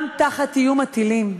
גם תחת איום הטילים,